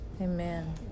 Amen